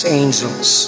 angels